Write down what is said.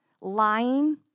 lying